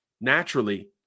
naturally